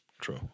True